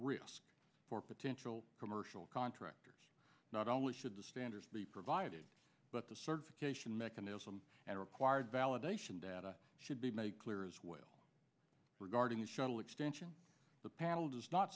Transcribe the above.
risk for potential commercial contractors not only should the standards be provided but the certification mechanism and required validation data should be made clear as well regarding the shuttle extension the panel does not